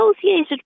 associated